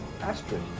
Astrid